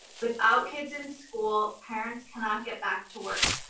without kids in school, parents cannot get back to work.